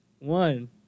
One